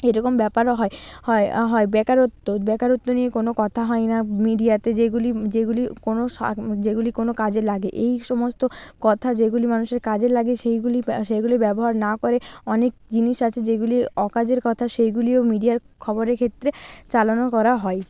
এরকম ব্যাপারও হয় হয় হয় বেকারত্ব বেকারত্ব নিয়ে কোনো কথা হয় না মিডিয়াতে যেগুলি যেগুলি কোনো সৎ যেগুলি কোনো কাজে লাগে এই সমস্ত কথা যেগুলি মানুষের কাজে লাগে সেইগুলি ব্যা সেইগুলি ব্যবহার না করে অনেক জিনিস আছে যেগুলি অকাজের কথা সেইগুলিও মিডিয়ার খবরের ক্ষেত্রে চালনা করা হয়